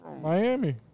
Miami